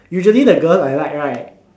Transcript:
usually the girl I like right